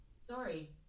Sorry